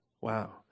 wow